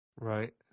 Right